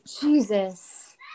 Jesus